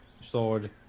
sword